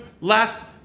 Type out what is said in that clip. last